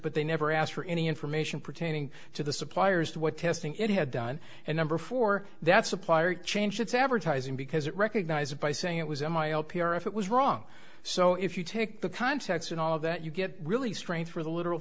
but they never asked for any information pertaining to the suppliers to what testing it had done and number four that supplier changed its advertising because it recognized by saying it was a myopia or if it was wrong so if you take the context and all of that you get really strange for the lit